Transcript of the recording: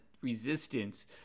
Resistance